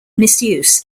misuse